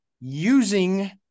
using